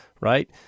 right